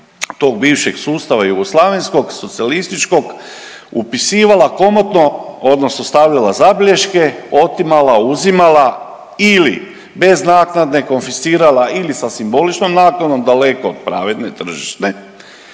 tog bivšeg sustava jugoslavenskog, socijalističkog upisivala komotno odnosno stavila zabilješke, otimala, uzimala ili bez naknade konfiscirala ili sa simboličnom naknadom daleko od pravedne, tržišne